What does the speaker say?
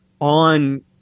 on